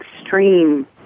extreme